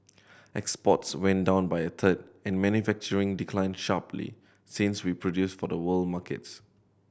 exports went down by a third and manufacturing declined sharply since we produced for the world markets